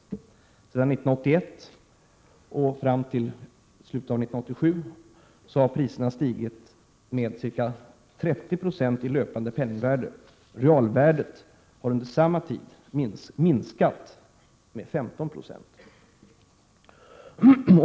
Sedan 1981 och fram till slutet av 1987 har priserna stigit med ca 30 26 i löpande penningvärde. Realvärdet har under samma tid minskat med 15 96.